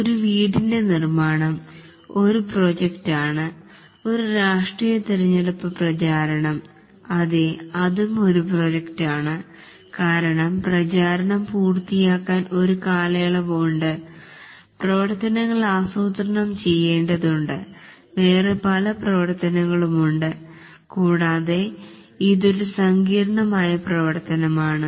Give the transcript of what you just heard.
ഒരു വീടിന്റെ നിർമ്മാണം ഒരു പ്രോജക്ട് ആണ് ഒരു രാഷ്ട്രീയ തിരഞ്ഞെടുപ്പ് പ്രചാരണം അതെ അതും ഒരു പ്രോജക്ട് ആണ് കാരണം പ്രചാരണം പൂർത്തീകരിക്കാൻ ഒരു കാലയളവ് ഉണ്ട് പ്രവർത്തനങ്ങൾ ആസ്രൂത്രണം ചെയ്യേണ്ടതുണ്ട് വേറെ പല പ്രവർത്തനങ്ങൾ ഉണ്ട് കൂടാതെ ഇതൊരു സങ്കീർണ്ണമായ പ്രവർത്തനം ആണ്